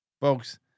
folks